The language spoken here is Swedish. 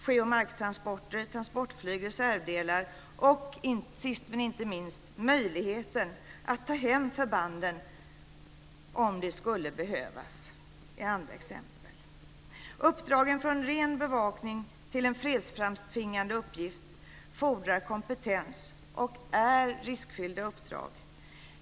Sjö och marktransporter, transportflyg, reservdelar och sist men inte minst möjligheten att ta hem förbanden om det skulle behövas är andra exempel. Uppdragen från ren bevakning till fredsframtvingande uppgifter fordrar kompetens och är riskfyllda.